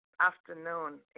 afternoon